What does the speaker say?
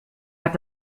hat